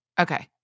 Okay